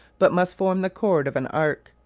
but must form the chord of an arc,